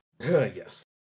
Yes